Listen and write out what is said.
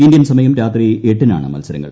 Indian ്സമയം രാത്രി എട്ടിനാണ് മത്സരങ്ങൾ